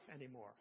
anymore